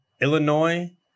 Illinois